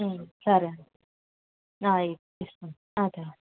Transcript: సరే అండి ఇస్తాను ఓకే అండి